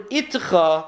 itcha